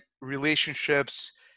relationships